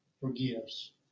forgives